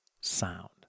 sound